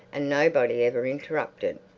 and nobody ever interrupted.